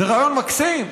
זה רעיון מקסים.